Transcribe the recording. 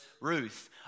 Ruth